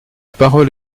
parole